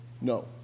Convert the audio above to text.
no